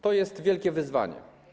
To jest wielkie wyzwanie.